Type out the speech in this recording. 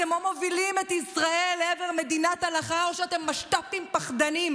אתם או מובילים את ישראל לעבר מדינת הלכה או שאתם משת"פים פחדנים,